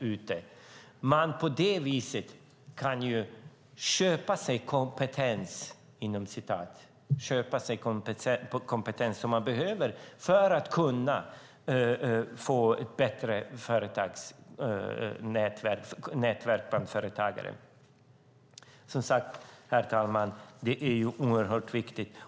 Man kan på det viset "köpa" sig den kompetens man behöver för att få ett bättre nätverk bland företagare. Som sagt, herr talman: Det är oerhört viktigt.